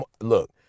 look